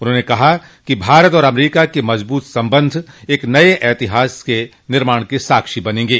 उन्होंने कहा कि भारत और अमरीका के मजबूत संबंध एक नये इतिहास के निर्माण के साक्षी बनेंगे